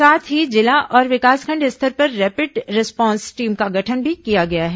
साथ ही जिला और विकासखंड स्तर पर रैपिड रिस्पांस टीम का गठन भी किया गया है